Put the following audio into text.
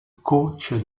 coach